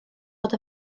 fod